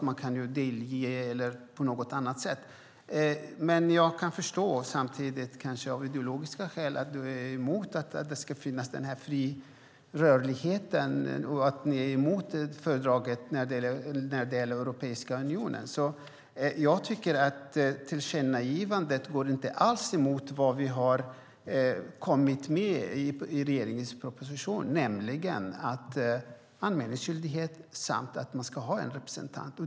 Jag kan förstå att ni, Josefin Brink, av ideologiska skäl är emot den fria rörligheten och fördraget när det gäller Europeiska unionen. Jag tycker inte alls att tillkännagivandet går emot det som finns med i regeringens proposition, nämligen att det ska finnas en anmälningsskyldighet och man ska ha en representant.